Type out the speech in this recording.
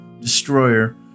Destroyer